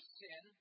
sin